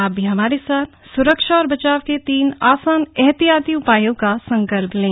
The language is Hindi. आप भी हमारे साथ स्रक्षा और बचाव के तीन आसान एहतियाती उपायों का संकल्प लें